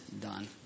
done